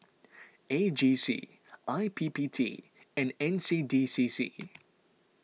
A G C I P P T and N C D C C